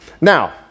Now